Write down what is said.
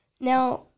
Now